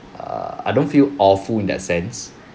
err I don't feel awful in that sense